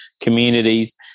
communities